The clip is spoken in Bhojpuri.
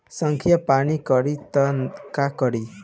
संखिया पान करी त का करी?